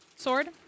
sword